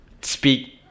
speak